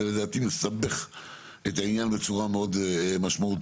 זה לדעתי מסבך את העניין בצורה מאוד משמעותית.